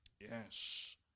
Yes